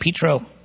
Petro